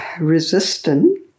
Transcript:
resistant